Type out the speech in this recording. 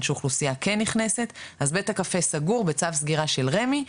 שהאוכלוסיה כן נכנסת אז בית הקפה סגור בצו סגירה של רמ"י,